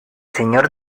señor